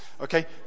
Okay